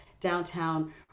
downtown